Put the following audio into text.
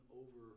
over